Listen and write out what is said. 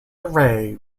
array